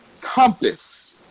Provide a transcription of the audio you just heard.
compass